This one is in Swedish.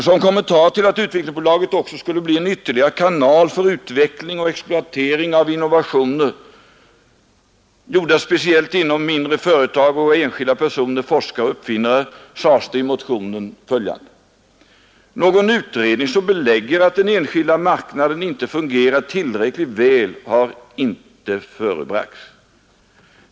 Som kommentar till att Utvecklingsbolaget också skulle bli en ytterligare kanal för utveckling och exploatering av innovationer gjorda speciellt inom mindre företag och av enskilda personer, forskare och uppfinnare, sades i motionen följande: ”Någon utredning som belägger att den enskilda marknaden inte fungerar tillräckligt väl har inte förebragts.